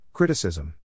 Criticism